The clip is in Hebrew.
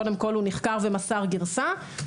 קודם כל הוא נחקר ומסר גרסה,